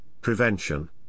prevention